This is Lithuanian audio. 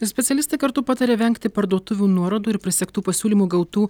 specialistai kartu pataria vengti parduotuvių nuorodų ir prisegtų pasiūlymų gautų